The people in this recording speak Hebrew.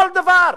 כל דבר.